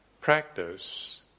Practice